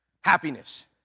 Happiness